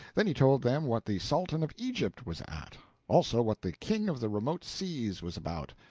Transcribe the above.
then he told them what the sultan of egypt was at also what the king of the remote seas was about.